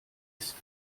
ist